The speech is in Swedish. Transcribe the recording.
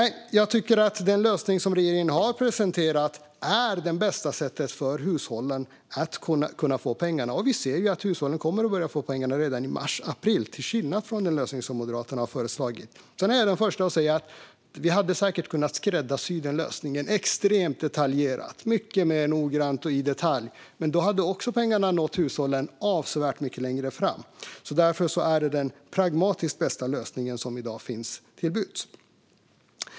Jag tycker att den lösning som regeringen har presenterat är det bästa sättet för hushållen att kunna få pengarna. Vi ser ju att hushållen kommer att börja få pengarna redan i mars eller april, till skillnad från hur det hade varit med den lösning som Moderaterna har föreslagit. Jag är den förste att säga att vi säkert hade kunnat skräddarsy denna lösning extremt detaljerat, mycket mer noggrant och i detalj. Men då hade pengarna nått hushållen avsevärt mycket längre fram. Därför är detta den pragmatiskt bästa lösning som i dag står till buds.